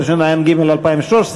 התשע"ג 2013,